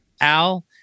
Al